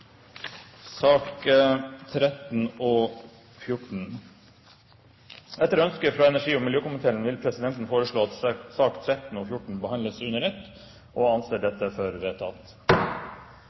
sak nr. 1. Etter ønske fra utenriks- og forsvarskomiteen vil presidenten foreslå at sakene nr. 2–11 behandles under ett, og anser det for vedtatt.